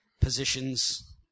positions